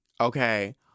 okay